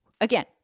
Again